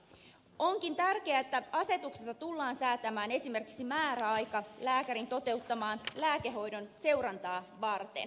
onkin tärkeää että asetuksessa tullaan säätämään esimerkiksi määräaika lääkärin toteuttamaa lääkehoidon seurantaa varten